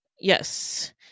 Yes